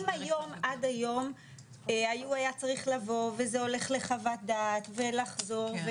אם עד היום היה צריך לבוא וזה הולך לחוות דעת ולחזור,